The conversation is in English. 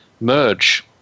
merge